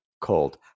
cold